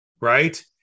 right